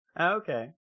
Okay